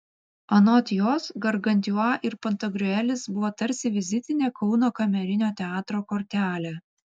anot jos gargantiua ir pantagriuelis buvo tarsi vizitinė kauno kamerinio teatro kortelė